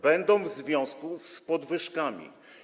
Będą w związku z podwyżkami.